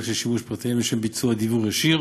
של שימוש בפרטיהם לשם ביצוע דיוור ישיר